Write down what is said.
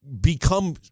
become